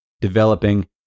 developing